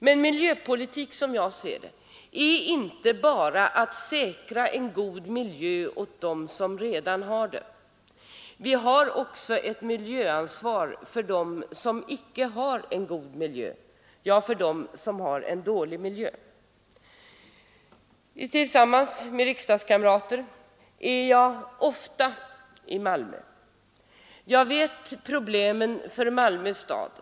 Men miljöpolitik är som jag ser det inte bara att säkra en god miljö åt dem som redan har en sådan, utan vi har också ett miljöansvar mot dem som saknar en god miljö — ja, för dem som har en dålig miljö. Tillsammans med riksdagskamrater är jag ofta i Malmö och känner därför till problemen i den staden.